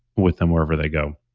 with them wherever they go,